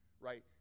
right